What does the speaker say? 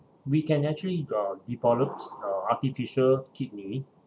we can actually uh develops uh artificial kidney